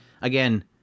again